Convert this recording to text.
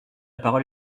parole